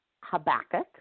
Habakkuk